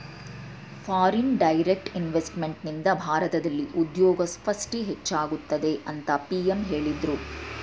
foreign direct ಇನ್ವೆಸ್ತ್ಮೆಂಟ್ನಿಂದ ಭಾರತದಲ್ಲಿ ಉದ್ಯೋಗ ಸೃಷ್ಟಿ ಹೆಚ್ಚಾಗುತ್ತದೆ ಅಂತ ಪಿ.ಎಂ ಹೇಳಿದ್ರು